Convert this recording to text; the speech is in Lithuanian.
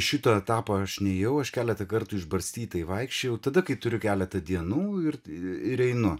šito etapo aš nuėjau aš keletą kartų išbarstytai vaikščiojau tada kai turiu keletą dienų ir ir einu